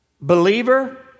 believer